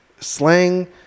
Slang